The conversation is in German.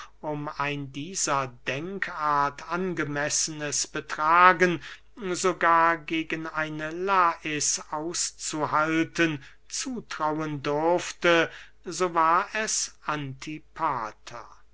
um ein dieser denkart angemessenes betragen sogar gegen eine lais auszuhalten zutrauen durfte so war es antipater